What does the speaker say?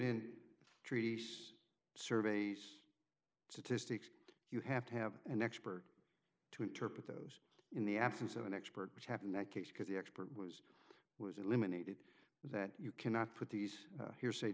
in treaties surveys statistics you have to have an expert to interpret those in the absence of an expert which happened that case because the expert was was eliminated that you cannot put these hearsay